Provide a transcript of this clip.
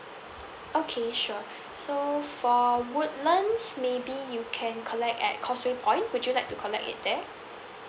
okay sure so for woodlands maybe you can collect at causeway point would you like to collect it there